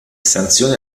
sanzioni